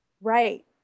Right